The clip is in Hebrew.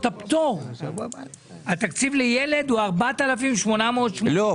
הפטור התקציב לילד הוא 4,886. לא,